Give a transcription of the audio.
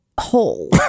hole